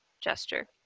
gesture